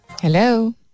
Hello